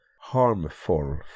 harmful